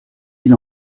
îles